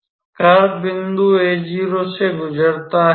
curve बिंदु a 0 से गुजरता है